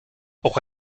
auch